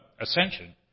ascension